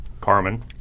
Carmen